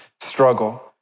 struggle